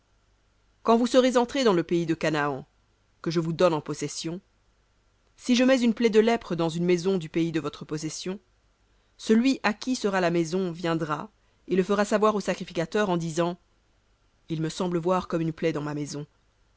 quand vous serez entrés dans le pays de canaan que je vous donne en possession si je mets une plaie de lèpre dans une maison du pays de votre possession celui à qui sera la maison viendra et le fera savoir au sacrificateur en disant il me semble voir comme une plaie dans ma maison